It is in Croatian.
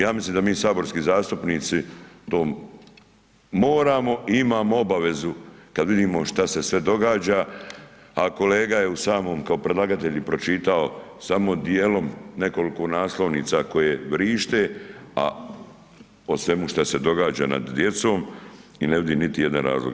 Ja mislim da mi saborski zastupnici, to moramo imamo obavezu kada vidimo što se sve događa, a kolega je u samom predlagatelju pročitao samo dijelom nekoliko naslovnica, koje vršite, a o svemu što se događa nad djecom i ne vidim niti jedan razlog.